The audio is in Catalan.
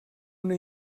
una